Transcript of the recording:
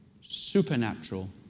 supernatural